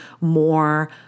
more